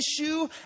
issue